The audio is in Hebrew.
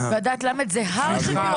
ועדת למ"ד זה הר של ביורוקרטיה.